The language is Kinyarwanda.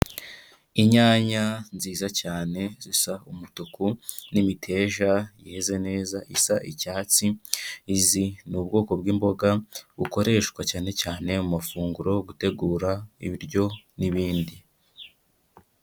Inyanya nziza cyane zisa umutuku n'imiteja yeze neza isa icyatsi, izi ni ubwoko bw'imboga bukoreshwa cyane cyane mu mafunguro, gutegura ibiryo n'ibindi.